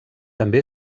també